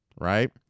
right